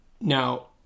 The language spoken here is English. Now